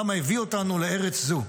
למה הביא אותנו לארץ זו.